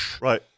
Right